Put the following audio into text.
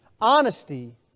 Honesty